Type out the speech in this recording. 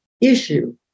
issue